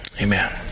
Amen